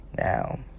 Now